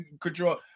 control